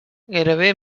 gairebé